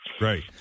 right